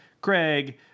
craig